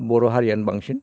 बर' हारियानो बांसिन